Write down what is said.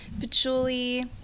patchouli